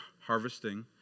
harvesting